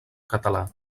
català